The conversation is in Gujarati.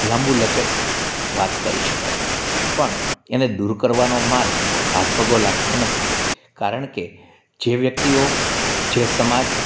લાંબુ લચક વાત કરી શકાય પણ એને દૂર કરવાનો માર્ગ હાથ વગો લાગતો નથી કારણ કે જે વ્યક્તિઓ જે સમાજ